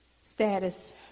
status